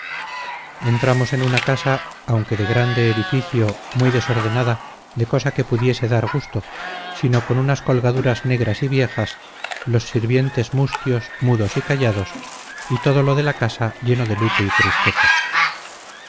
entramos en una casa aunque de grande edificio muy desordenada de cosa que pudiese dar gusto sino con unas colgaduras negras y viejas los sirvientes mustios mudos y callados y todo lo de la casa lleno de luto y tristeza